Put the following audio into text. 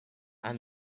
and